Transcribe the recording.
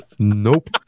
Nope